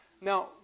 Now